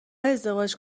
ازدواج